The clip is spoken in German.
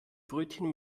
brötchen